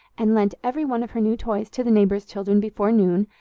and lent every one of her new toys to the neighbors' children before noon,